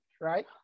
Right